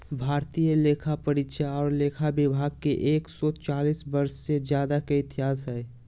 भारतीय लेखापरीक्षा और लेखा विभाग के एक सौ चालीस वर्ष से ज्यादा के इतिहास हइ